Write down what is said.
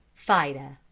fida.